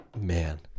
Man